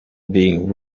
being